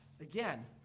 Again